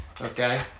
Okay